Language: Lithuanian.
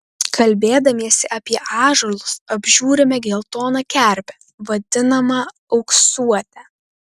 kalbėdamiesi apie ąžuolus apžiūrime geltoną kerpę vadinamą auksuote